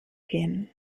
gehen